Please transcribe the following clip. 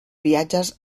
viatges